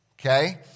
okay